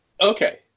Okay